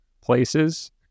places